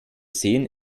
sehen